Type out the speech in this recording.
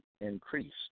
increased